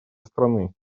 страны